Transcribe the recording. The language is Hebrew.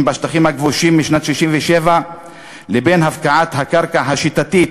בשטחים הכבושים משנת 1967 לבין הפקעת הקרקע השיטתית